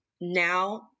now